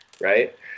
right